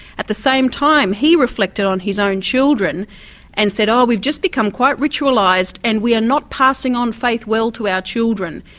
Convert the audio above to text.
at the same time, he reflected on his own and children and said, oh we've just become quite ritualised and we are not passing on faith well to our children.